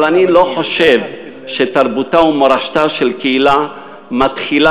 אבל אני לא חושב שתרבותה ומורשתה של קהילה מתחילות